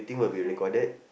fine